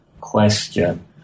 question